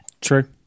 True